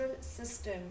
system